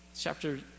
Chapter